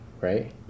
right